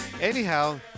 Anyhow